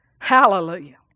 hallelujah